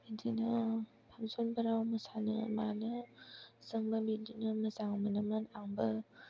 बिदिनो फांसन फोराव मोसानो मानो जोंबो बिदिनो मोजां मोनोमोन आंबो